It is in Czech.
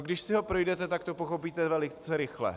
Když si ho projdete, tak to pochopíte velice rychle.